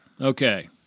Okay